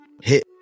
hit